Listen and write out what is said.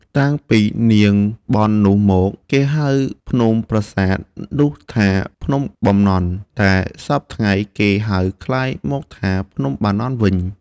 តាំងពី នាងបន់នោះមក គេហៅភ្នំប្រាសាទនោះថា ភ្នំបំណន់ តែសព្វថ្ងៃ គេហៅក្លាយមកថា ភ្នំបាណន់ វិញ ។